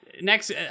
next